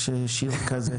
יש שיר כזה.